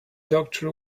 doctor